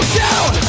down